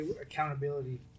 accountability